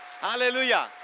Hallelujah